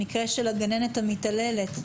המקרה של הגננת המתעללת,